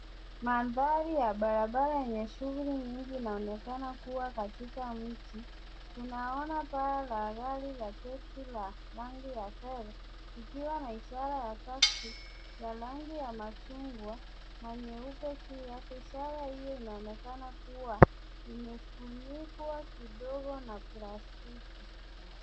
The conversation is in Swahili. Mandhari ya barabara yenye shughuli nyingi inaonekana kuwa katika mji. Tunaona paa la gari la teksi la rangi ya fedha likiwa na ishara ya Taxi ya rangi ya machungwa na nyeupe juu yake. Ishara hiyo inaonekana kuwa imefunikwa kidogo na plastiki.